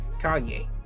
kanye